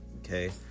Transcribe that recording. Okay